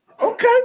Okay